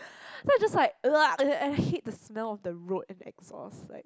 then I was just like I hate the smell of the road and exhaust like